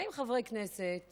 באים חברי כנסת